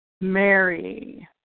Mary